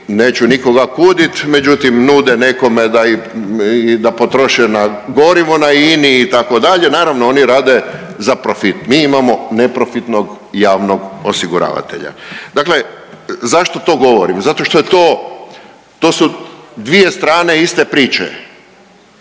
neću nikoga kuditi, međutim, nude nekome da i, da potroše na gorivo na INA-i, itd., naravno oni rade za profit. Mi imamo neprofitnog javnog osiguravatelja. Dakle, zašto to govorim? Zato što je to, to su dvije strane iste priče.